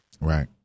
right